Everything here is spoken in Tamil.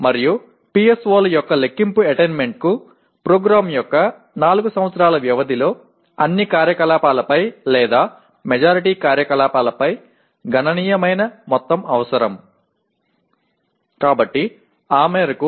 அதாவது POக்கள் மற்றும் PSOக்களின் அடையலை கணக்கிடுவதற்கு திட்டத்தின் 4 ஆண்டு காலப்பகுதியில் அனைத்து நடவடிக்கைகள் அல்லது பெரும்பான்மையான செயல்பாடுகளில் கணிசமான அளவு ஒருங்கிணைத்தல் தேவைப்படுகிறது